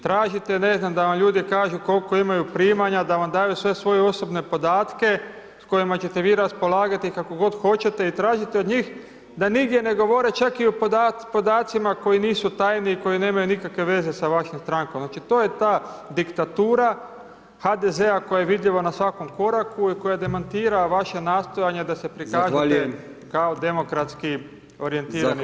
Tražite ne znam, da vam ljudi kažu koliko imaju primanja, da vam daju sve svoje osobne podatke s kojima ćete vi raspolagati i kako god hoćete i tražite od njih da nigdje ne govore čak i o podacima koji nisu tajni i koji nemaju nikakve veze sa vašom strankom, znači to je ta diktatura HDZ-a koja je vidljiva na svakom koraku i koja demantira vaše nastojanje da se prikažete kao demokratski orijentirani ministar.